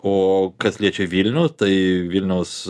o kas liečia vilnių tai vilniaus